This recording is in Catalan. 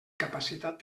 capacitat